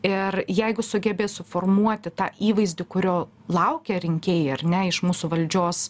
ir jeigu sugebės suformuoti tą įvaizdį kurio laukia rinkėjai ar ne iš mūsų valdžios